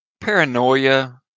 Paranoia